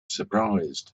surprised